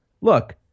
look